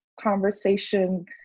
conversation